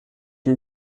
une